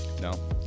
No